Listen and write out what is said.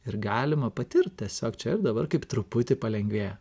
ir galima patirt tiesiog čia ir dabar kaip truputį palengvėja